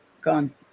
gone